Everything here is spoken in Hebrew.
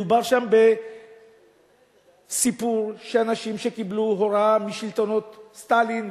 מדובר שם בסיפור על אנשים שקיבלו הוראה משלטונות סטלין.